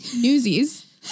newsies